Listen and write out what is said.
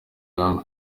ihame